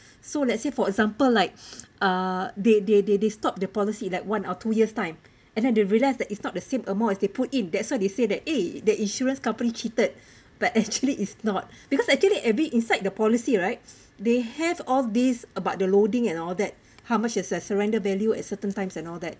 so let's say for example like uh they they they they stop the policy like one or two years time and then they realise that it's not the same amount as they put it that's why they say that eh the insurance company cheated but actually it's not because actually every inside the policy rights they have all this about the loading and all that how much is the surrender value at certain times and all that